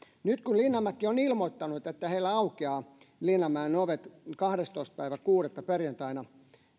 nyt kun linnanmäki on ilmoittanut että heillä aukeavat linnanmäen ovet kahdestoista kuudetta perjantaina